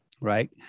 Right